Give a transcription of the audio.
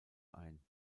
ein